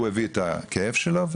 הוא הביא את הכאב שלו,